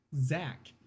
Zach